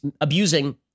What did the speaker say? abusing